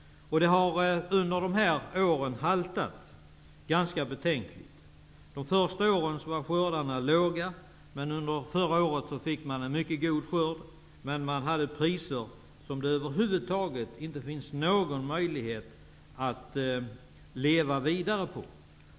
Det har under de här åren haltat ganska betänkligt. De första åren var skördarna små, men under förra året fick man en mycket god skörd. Man höll emellertid priser som det över huvud taget inte finns någon möjlighet att leva vidare på.